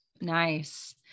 Nice